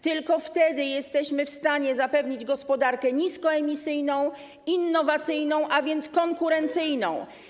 Tylko wtedy jesteśmy w stanie stworzyć gospodarkę niskoemisyjną, innowacyjną, a więc konkurencyjną.